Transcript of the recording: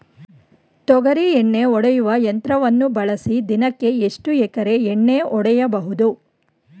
ತೊಗರಿ ಎಣ್ಣೆ ಹೊಡೆಯುವ ಯಂತ್ರವನ್ನು ಬಳಸಿ ದಿನಕ್ಕೆ ಎಷ್ಟು ಎಕರೆ ಎಣ್ಣೆ ಹೊಡೆಯಬಹುದು?